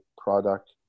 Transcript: product